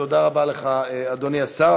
תודה רבה לך, אדוני השר.